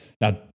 Now